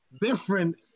different